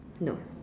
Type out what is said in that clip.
no